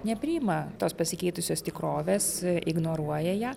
nepriima tos pasikeitusios tikrovės ignoruoja ją